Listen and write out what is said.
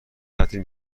تعطیل